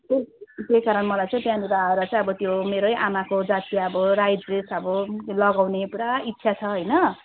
त्यही त्यही कारण मलाई चाहिँ त्यहाँनिर आएर चाहिँ अब त्यो मेरै आमाको जातीय अब राई ड्रेस अब लगाउने पुरा इच्छा छ होइन